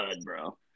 bro